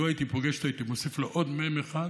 לו הייתי פוגש אותו הייתי מוסיף לו עוד מ"ם אחד.